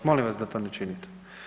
Molim vas da to ne činite.